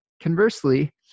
Conversely